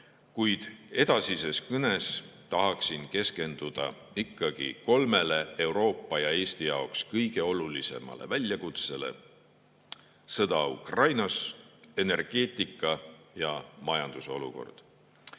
Kuid edasises kõnes tahaksin keskenduda kolmele Euroopa ja Eesti jaoks kõige olulisemale väljakutsele: sõda Ukrainas, energeetika ja majanduse olukord. Head